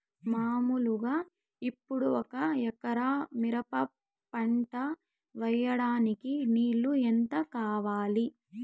మామూలుగా ఇప్పుడు ఒక ఎకరా మిరప పంట వేయడానికి నీళ్లు ఎంత కావాలి?